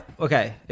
okay